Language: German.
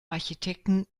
architekten